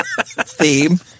Theme